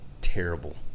terrible